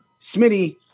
smitty